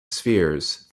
spheres